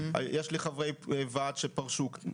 יש חברי ועד שפרשו.